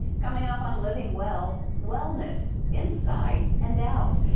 coming up on living well, wellness inside and out.